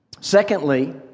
Secondly